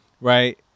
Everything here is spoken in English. right